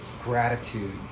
gratitude